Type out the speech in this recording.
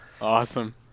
Awesome